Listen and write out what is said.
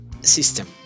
system